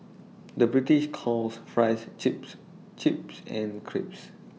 the British calls Fries Chips chips and crisps